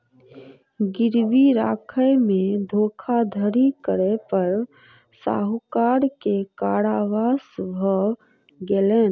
गिरवी राखय में धोखाधड़ी करै पर साहूकार के कारावास भ गेलैन